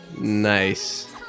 Nice